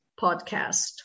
podcast